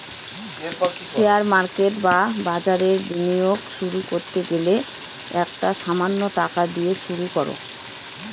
share market বা বাজারে বিনিয়োগ শুরু করতে গেলে একটা সামান্য টাকা দিয়ে শুরু করো